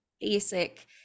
basic